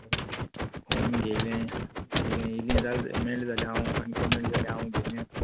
फोण घेयल्याय खायल्याय इल्ली जाल मेळ्ळी जाल्या आनीको मेळ्ळी जालें हांव घेयन येतां